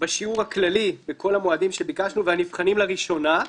בשיעור הכללי בכל המועדים שביקשנו ואת הנבחנים לראשונה.